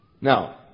Now